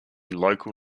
local